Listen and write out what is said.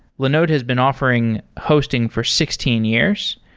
linode has been offering hosting for sixteen years,